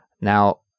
Now